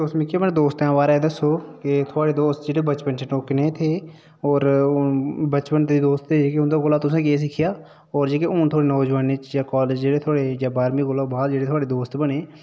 तुस मिगी अपने दोस्तें बारे च दस्सो कि थुआढ़े दोस्त जेहड़े ओह् बचपन बिच कनेह् हे और बचपन दे दोस्त हे जेह्ड़े उं'दे कोला तुसें केह् सिक्खेआ और हून जेह्के जोआनी च जां कालेज च जेह्के जां बाह्रमी कोला बाद जेह्ड़े थुआढ़े दोस्त बने